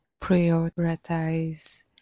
prioritize